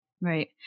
Right